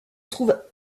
trouve